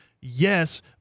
Yes